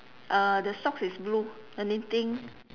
uh the socks is blue anything